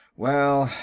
well,